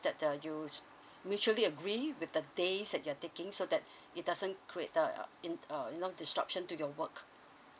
that uh you mutually agree with the days that you are taking so that it doesn't create a in a you know disruption to your work